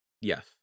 Yes